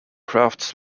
crafts